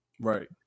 Right